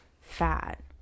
fat